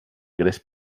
gres